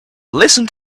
listen